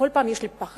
כל פעם יש לי פחד